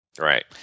Right